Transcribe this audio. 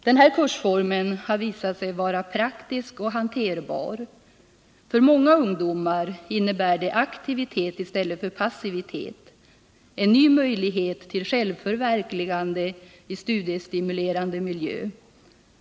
Den här kursformen har visat sig vara praktisk och hanterbar. För många ungdomar innebär den aktivitet i stället för passivitet, en ny möjlighet till självförverkligande i studiestimulerande miljö.